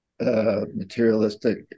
materialistic